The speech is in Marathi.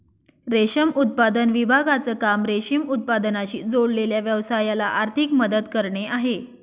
रेशम उत्पादन विभागाचं काम रेशीम उत्पादनाशी जोडलेल्या व्यवसायाला आर्थिक मदत करणे आहे